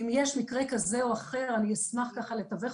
אם יש מקרה כזה או אחר אני אשמח ככה לתווך